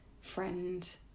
friend